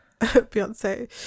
Beyonce